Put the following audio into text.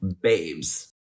babes